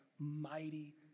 Mighty